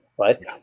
right